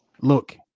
look